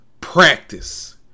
practice